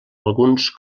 alguns